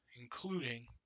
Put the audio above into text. including